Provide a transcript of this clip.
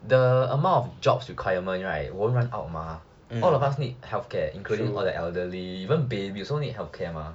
the amount of jobs requirement right won't run out mah all of us need healthcare including all the elderly even baby also need healthcare mah